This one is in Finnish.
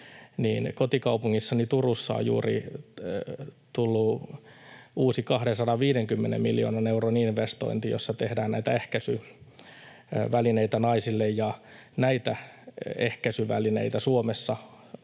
kotikaupungissani Turussa on juuri tullut uusi, 250 miljoonan euron investointi, jossa tehdään näitä ehkäisyvälineitä naisille. Ja näitä ehkäisyvälineitä, Suomessa